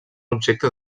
objecte